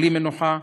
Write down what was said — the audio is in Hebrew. בלי מנוחה,